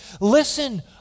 listen